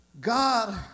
God